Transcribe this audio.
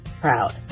proud